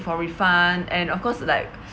for refund and of course like